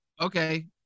okay